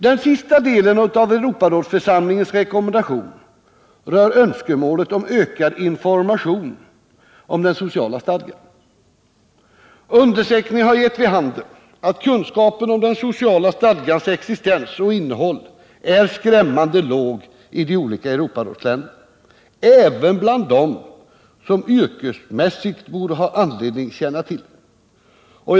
Den sista delen av Europarådsförsamlingens rekommendation rör önskemålet om ökad information om den sociala stadgan. Undersökningar har gett vid handen att kunskapen om den sociala stadgans existens och innehåll är skrämmande låg i de olika Europarådsländerna, även bland dem som yrkesmässigt borde ha anledning känna till den.